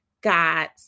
God's